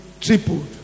tripled